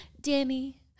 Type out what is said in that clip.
Danny